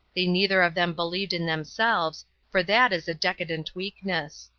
they neither of them believed in themselves for that is a decadent weakness.